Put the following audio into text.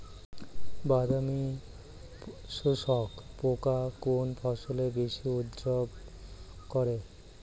বাদামি শোষক পোকা কোন ফসলে বেশি উপদ্রব করে?